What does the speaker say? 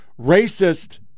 racist